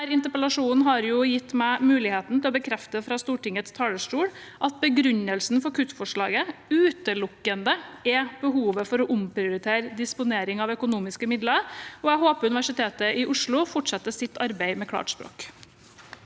interpellasjonen har gitt meg muligheten til å bekrefte fra Stortingets talerstol at begrunnelsen for kuttforslaget utelukkende er behovet for å omprioritere disponering av økonomiske midler, og jeg håper Universitetet i Oslo fortsetter sitt arbeid med klart språk.